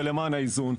ולמען האיזון,